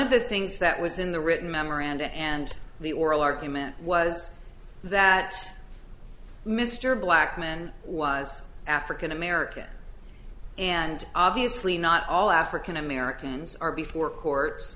of the things that was in the written memoranda and the oral argument was that mr blackman was african american and obviously not all african americans are before courts